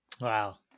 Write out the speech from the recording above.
Wow